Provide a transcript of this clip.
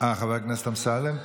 חבר הכנסת אמסלם?